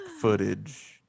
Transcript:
footage